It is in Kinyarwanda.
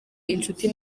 inshuti